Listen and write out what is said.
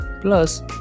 Plus